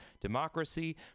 democracy